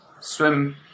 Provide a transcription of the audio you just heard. swim